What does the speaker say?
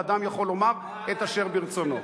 ואדם יכול לומר את אשר ברצונו.